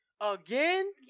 Again